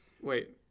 Wait